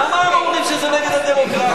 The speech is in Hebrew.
למה הם אומרים שזה נגד הדמוקרטיה?